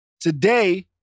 today